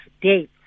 dates